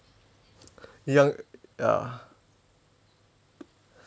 一样 ya